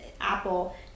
Apple